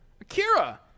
Akira